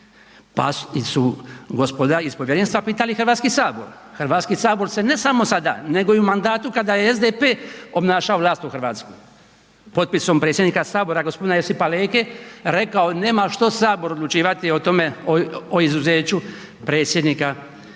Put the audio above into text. pa su gospoda iz povjerenstva pitali Hrvatski sabor. Hrvatski sabor se ne samo sada nego i u mandatu kada je SDP obnašao vlast u Hrvatskoj, potpisom predsjednika Sabora gospodina Josipa Leke rekao nema što Sabor odlučivati o izuzeću predsjednika